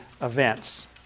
events